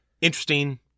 interesting